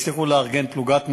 מאוד שהצליחו לארגן פלוגת מג"ב,